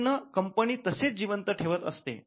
चिन्ह कंपनी तशेच जिवंत ठेवत असते